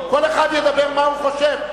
כל אחד ידבר מה הוא חושב,